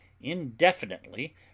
indefinitely